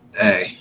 Hey